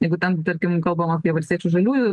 jeigu ten tarkim kalbam apie valstiečių žaliųjų